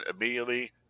immediately